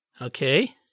Okay